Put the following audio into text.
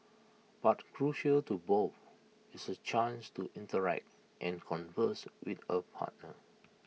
but crucial to both is A chance to interact and converse with A partner